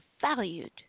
valued